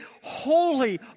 holy